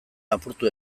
apurtu